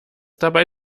dabei